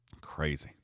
Crazy